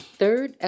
third